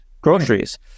Groceries